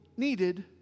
Needed